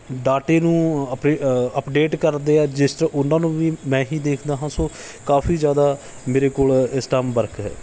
ਡਾਟੇ ਨੂੰ ਆਪਡੇ ਅਪਡੇਟ ਕਰਦੇ ਹਾਂ ਜਿਸ 'ਚ ਉਹਨਾਂ ਨੂੰ ਵੀ ਮੈਂ ਹੀ ਦੇਖਦਾ ਹਾਂ ਸੋ ਕਾਫ਼ੀ ਜ਼ਿਆਦਾ ਮੇਰੇ ਕੋਲ ਇਸ ਟਾਈਮ ਵਰਕ ਹੈ